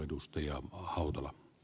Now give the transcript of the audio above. arvoisa puhemies